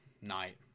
night